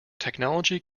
technology